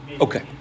Okay